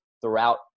throughout